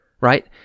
right